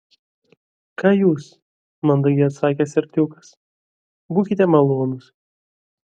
ką jūs mandagiai atsakė serdiukas būkite malonus